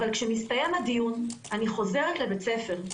אבל כאשר מסתיים הדיון אני חוזרת לבית הספר.